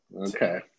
okay